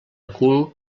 cul